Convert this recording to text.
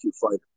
fighter